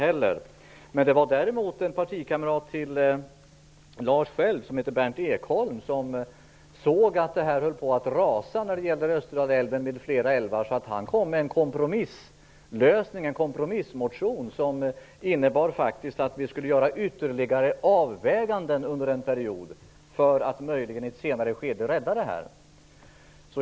Däremot var det en partikamrat till Lars Stjernkvist, Berndt Ekholm, som såg att diskussionen höll på att rasa samman när det gällde Österdalälven och andra älvar. Han kom med en kompromissmotion som innebar att vi skulle göra ytterligare avväganden under en period för att möjligen i ett senare skede rädda det här.